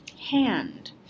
hand